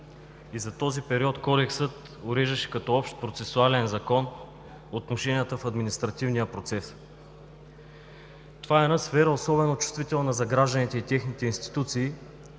и за този период Кодексът уреждаше като общ процесуален закон отношенията в административния процес. Това е една сфера особено чувствителна за гражданите и техните институции,